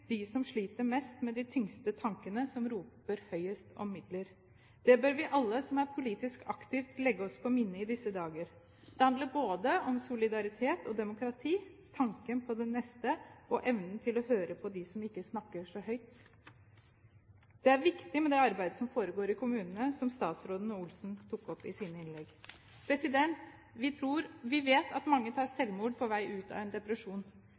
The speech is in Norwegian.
de som sliter mest med de tyngste tankene, som roper høyest om midler. Det bør vi alle som er politiske aktive, legge oss på minne i disse dager. Det handler både om solidaritet og demokrati, tanken på din neste og evnen til å høre på dem som ikke snakker så høyt. Det er viktig med det arbeidet som foregår i kommunene, som statsråden og Wenche Olsen tok opp i sine innlegg. Vi vet at mange begår selvmord på vei ut av en depresjon.